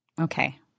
Okay